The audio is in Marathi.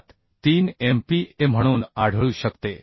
73 MPa म्हणून आढळू शकते